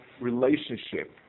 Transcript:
relationship